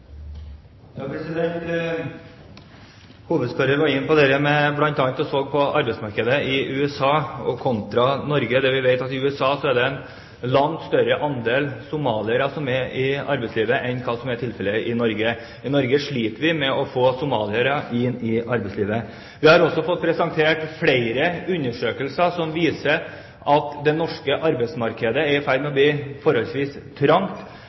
inn på bl.a. dette med arbeidsmarkedet i USA kontra i Norge. Vi vet at i USA er det en langt større andel somaliere som er i arbeidslivet enn hva tilfellet er i Norge. I Norge sliter vi med å få somaliere inn i arbeidslivet. Vi har også fått presentert flere undersøkelser som viser at det norske arbeidsmarkedet er i ferd med å bli forholdsvis